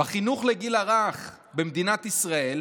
בחינוך לגיל הרך במדינת ישראל,